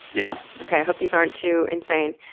yeah. okay. i hope these aren't too insane.